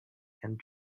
and